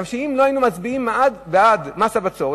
כי אם לא היינו מצביעים בעד מס הבצורת,